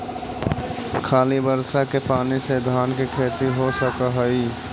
खाली बर्षा के पानी से धान के खेती हो सक हइ?